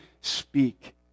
speak